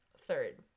third